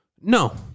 No